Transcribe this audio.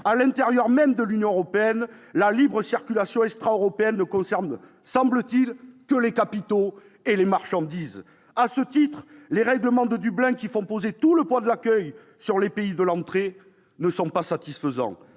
À l'intérieur même de l'Union européenne, la libre circulation ne concerne, semble-t-il, que les capitaux et les marchandises extra-européens. À ce titre, les règlements de Dublin, qui font reposer tout le poids de l'accueil sur les pays d'entrée, ne sont pas satisfaisants.